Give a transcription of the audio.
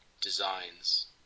designs